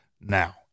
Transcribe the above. now